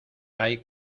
hay